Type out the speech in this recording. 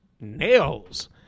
nails